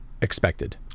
expected